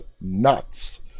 nuts